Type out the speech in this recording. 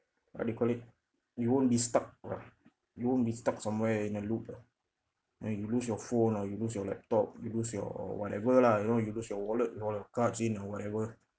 what do you call it you won't be stuck ah you won't be stuck somewhere in a loop ah and you lose your phone or you lose your laptop you lose your whatever lah you know you lose your wallet or all your cards in or whatever